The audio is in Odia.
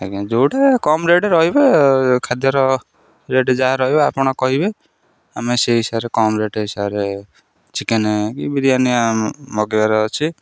ଆଜ୍ଞା ଯେଉଁଟା କମ ରେଟ୍ ରହିବେ ଖାଦ୍ୟର ରେଟ୍ ଯାହା ରହିବ ଆପଣ କହିବେ ଆମେ ସେଇ ହିସାବରେ କମ ରେଟ୍ ହିସାବରେ ଚିକେନ୍ କି ବିରିୟାନି ମଗାଇବାର ଅଛି